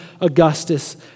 Augustus